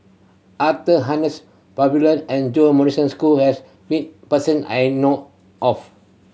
Arthur Harness and Jo Marion school has meet person I know of